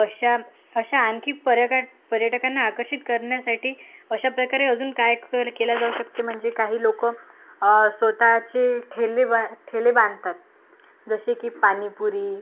अशा अशा आणखी पर्यक पर्यटकांना आकर्षित करण्यासाठी अशा प्रकारे अजून काय केलं जाऊ शकते म्हणजे काही लोकं स्वतःचे ठेले बां ठेले बांधतात जसे की पाणीपुरी